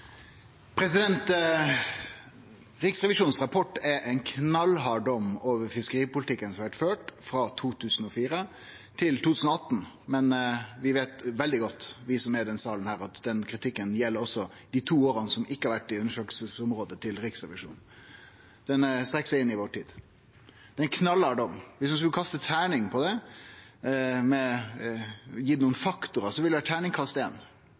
ein knallhard dom over fiskeripolitikken som har vore ført frå 2004 til 2018, men vi veit veldig godt, vi som er i denne salen, at kritikken også gjeld dei to åra som ikkje har vore i undersøkingsområdet til Riksrevisjonen. Den strekkjer seg inn i vår tid. Det er ein knallhard dom. Om ein skulle kaste terning og gi nokre faktorar på det,